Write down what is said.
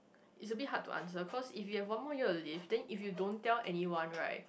it's a bit hard to answer cause if you have one more year to live then you don't tell anyone right